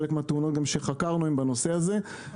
חלק מהתאונות שחקרנו הם בנושא הזה,